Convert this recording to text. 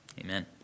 Amen